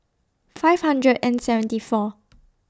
five hundred and seventy four